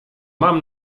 mam